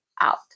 out